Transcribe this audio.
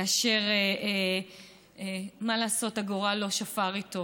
כאשר, מה לעשות, הגורל לא שפר עליו.